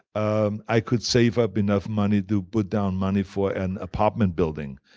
um i could save up enough money to put down money for an apartment building.